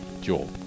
Job